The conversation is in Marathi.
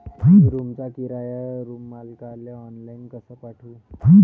मी रूमचा किराया रूम मालकाले ऑनलाईन कसा पाठवू?